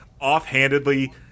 offhandedly